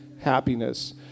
happiness